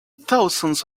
thousands